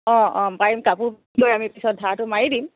অঁ অঁ পাৰিম কাপোৰ বৈ আমি পিছত ধাৰটো মাৰি দিম